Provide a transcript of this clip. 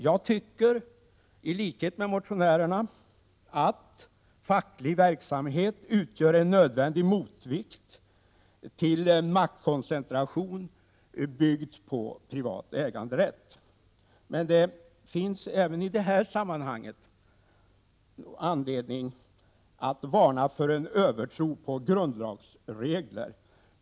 Jag tycker i likhet med motionärerna att facklig verksamhet utgör en nödvändig motvikt till en maktkoncentration, byggd på privat äganderätt. Men det finns även i det här sammanhanget anledning att varna för en övertro på grundlagsregler.